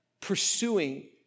pursuing